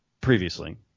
previously